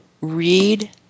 read